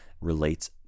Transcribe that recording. relates